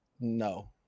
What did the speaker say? no